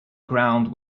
ground